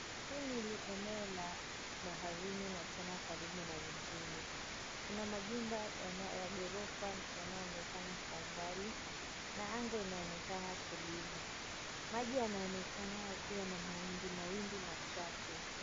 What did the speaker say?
Hili ni eneo la baharini na tena karibu na mjini. Kuna majumba ya ghorofa yanayoonekana kwa umbali, na anga inaonekana tulivu. Maji yanaonekana yakiwa na mawimbi mawimbi machache.